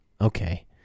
Okay